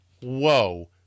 Whoa